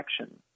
action